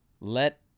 let